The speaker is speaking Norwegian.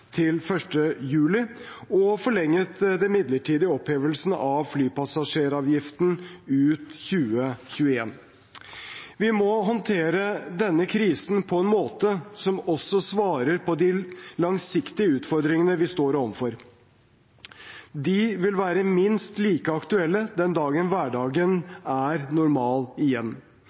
til 1. juli, og vi har forlenget den midlertidige opphevelsen av flypassasjeravgiften ut 2021. Vi må håndtere denne krisen på en måte som også svarer på de langsiktige utfordringene vi står overfor. De vil være minst like aktuelle den dagen hverdagen er normal igjen.